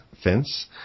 Fence